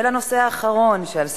ולנושא האחרון שעל סדר-היום: